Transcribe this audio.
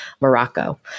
Morocco